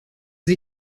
sie